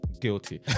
Guilty